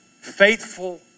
faithful